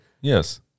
Yes